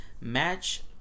match